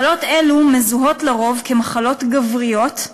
מחלות אלו מזוהות לרוב כמחלות גבריות,